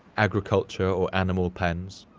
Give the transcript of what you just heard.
agriculture, or animal pens,